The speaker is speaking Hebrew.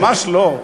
לא, ממש לא.